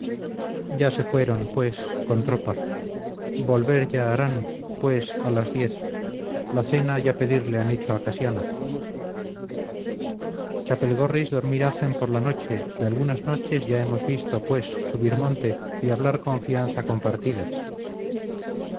ya se fueron pues con tropa volver ya harán pues a las diez la cena ya pedirle han hecho a casiana chapelgorris dormir hacen por la noche y algunas noches ya hemos visto pues subir monte y hablar confianza